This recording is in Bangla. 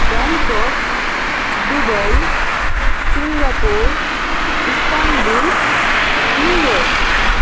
Bangkok Dubai Singapore Istanbul New York